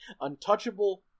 untouchable